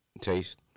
taste